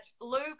Luke